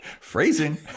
Phrasing